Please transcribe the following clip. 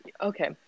Okay